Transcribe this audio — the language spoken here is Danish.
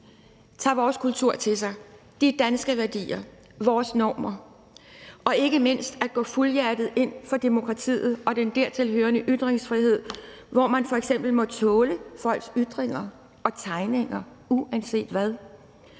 tager vores kultur til sig, de danske værdier, vores normer, og ikke mindst at gå fuldhjertet ind for demokratiet og den dertilhørende ytringsfrihed, hvor man f.eks. må tåle folks ytringer og tegninger uanset hvad.